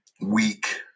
week